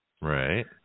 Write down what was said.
Right